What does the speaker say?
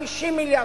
50 מיליארד,